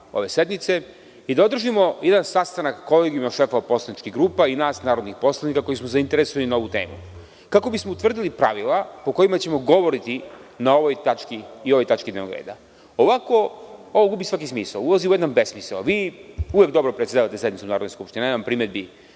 ove sednice, da održimo jedan sastanak, odnosno kolegijum šefova poslaničkih grupa i nas narodnih poslanika koji smo zainteresovani za ovu temu, kako bismo utvrdili pravila po kojima ćemo govoriti o ovoj tački dnevnog reda. Ovako ovo gubi svaki smisao, ulazi u jedan besmisao. Vi uvek dobro predsedavate sednicom Narodne skupštine, nemam primedbi,